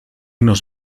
nos